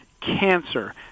cancer